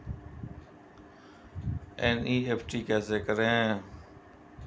NEFT कैसे करें?